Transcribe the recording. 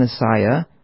Messiah